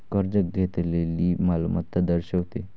कर्ज घेतलेली मालमत्ता दर्शवते